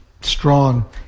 strong